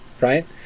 right